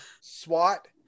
SWAT